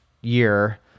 year